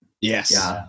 yes